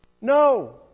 No